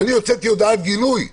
אני הוצאתי הודעת גינוי מיידית,